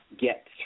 get